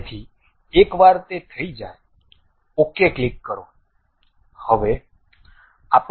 તેથી એકવાર તે થઈ જાય ok ક્લિક કરો